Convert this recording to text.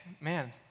man